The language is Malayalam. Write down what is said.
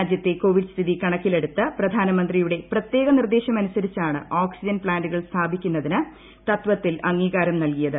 രാജ്യത്തെ കോവിഡ് സ്ഥിതി ക്യ്നക്കിലെടുത്ത് പ്രധാനമന്ത്രിയുടെ പ്രത്യേക നിർദേശമനുസ്കിച്ചാണ് ഓക്സിജൻ പ്താന്റുകൾ സ്ഥാപിക്കുന്നതിന് തത്ത്തിൽ അംഗീകാരം നൽകിയത്